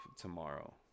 tomorrow